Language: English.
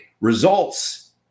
results